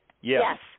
Yes